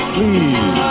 Please